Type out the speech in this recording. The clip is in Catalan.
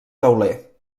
tauler